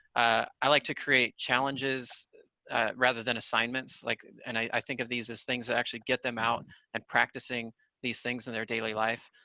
i like to create challenges rather than assignments like, and i think of these as things that actually get them out and practicing these things in their daily life,